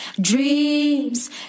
Dreams